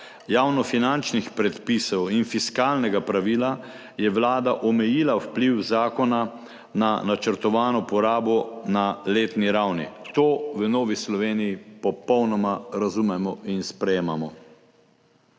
javnofinančnih predpisov in fiskalnega pravila je Vlada omejila vpliv zakona na načrtovano porabo na letni ravni. To v Novi Sloveniji popolnoma razumemo in sprejemamo.